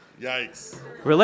Yikes